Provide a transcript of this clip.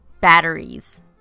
batteries